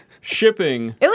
shipping